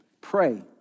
pray